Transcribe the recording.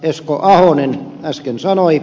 esko ahonen äsken sanoi